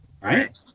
Right